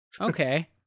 okay